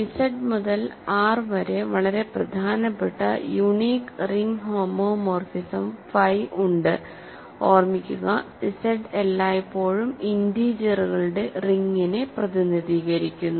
Z മുതൽ R വരെ വളരെ പ്രധാനപ്പെട്ട യൂണീക് റിംഗ് ഹോമോമോർഫിസം ഫൈ ഉണ്ട് ഓർമ്മിക്കുക ഇസഡ് എല്ലായ്പ്പോഴും ഇന്റീജറുകളുടെ റിങ്ങിനെ പ്രതിനിധീകരിക്കുന്നു